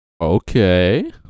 Okay